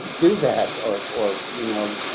do that or, or, you know,